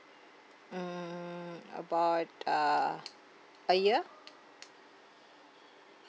mm about uh a year